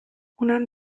اونم